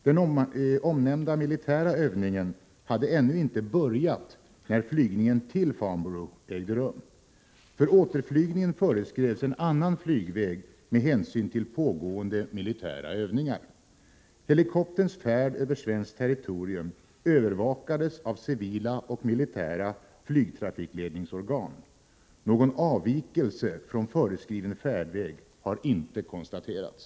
Den omnämnda militära övningen hade ännu inte börjat när flygningen till Farnborough ägde rum. Helikopterns färd över svenskt territorium övervakades av civila och militära flygtrafikledningsorgan. Någon avvikelse från föreskriven färdväg har inte konstaterats.